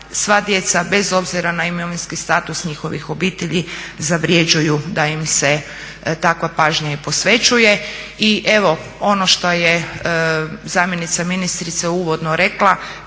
sva djeca bez obzira na imovinski status njihovih obitelji zavrjeđuju da im se takva pažnja i posvećuje. I evo, ono što je zamjenica ministrice uvodno rekla,